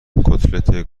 کتلت